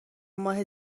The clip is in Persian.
ماه